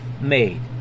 made